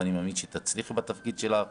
ואני מאמין שתצליחי בתפקיד שלך.